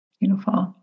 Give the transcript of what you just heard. Beautiful